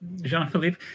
Jean-Philippe